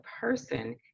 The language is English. person